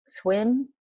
swim